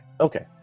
Okay